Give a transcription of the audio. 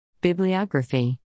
Bibliography